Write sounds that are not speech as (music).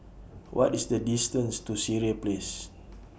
(noise) What IS The distance to Sireh Place (noise)